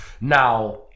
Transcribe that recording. Now